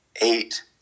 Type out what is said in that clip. eight